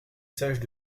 stages